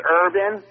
urban